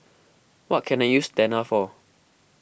what can I use Tena for